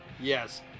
yes